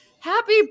happy